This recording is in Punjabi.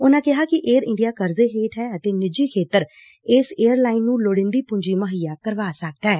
ਉਨੂਾ ਕਿਹਾ ਕਿ ਏਅਰ ਇੰਡੀਆ ਕਰਜ਼ੇ ਹੇਠ ਐ ਅਤੇ ਨਿੱਜੀ ਖੇਤਰ ਇਸ ਏਅਰ ਲਾਈਨ ਨੂੰ ਲੋੜੀਂਦੀ ਪੁੰਜੀ ਮੁਹੱਈਆ ਕਰਵਾ ਸਕਦੈ